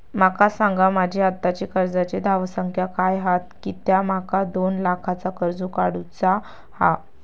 माका सांगा माझी आत्ताची कर्जाची धावसंख्या काय हा कित्या माका दोन लाखाचा कर्ज काढू चा हा?